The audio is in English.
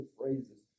phrases